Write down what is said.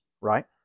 Right